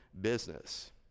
business